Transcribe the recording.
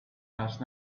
last